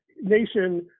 nation